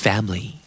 Family